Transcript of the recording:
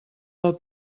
del